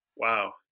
Wow